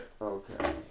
Okay